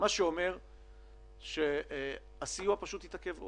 מה שאומר שהסיוע יתעכב עוד.